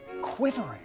quivering